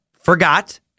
forgot